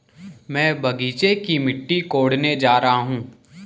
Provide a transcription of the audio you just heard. मैं बगीचे की मिट्टी कोडने जा रहा हूं